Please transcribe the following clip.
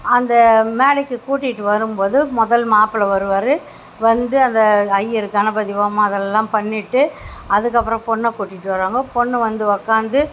அந்த மேடைக்கு கூட்டிகிட்டு வரும்போது முதல் மாப்பிள வருவார் வந்து அந்த ஐய்யரு கணபதி ஹோமம் அதெல்லாம் பண்ணிவிட்டு அதுக்கப்றம் பொண்ணை கூட்டிகிட்டு வருவாங்க பொண்ணு வந்து உக்காந்து